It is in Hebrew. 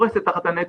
קורסת תחת הנטל,